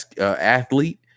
athlete